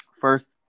first